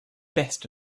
best